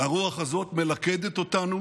הרוח הזאת מלכדת אותנו